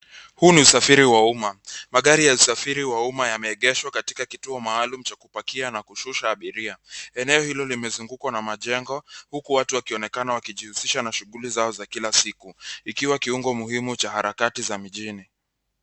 Huu ni usafiri wa umma. Magari ya usafiri wa umma yameegeshwa katika kituo maalum cha kupakia na kushusha abiria .Eneo hilo limezungukwa na majengo huku watu wakionekana wakijihushisha na shughuli zao za kila siku. Ikiwa kiungo muhimu cha harakati za mjini.